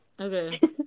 okay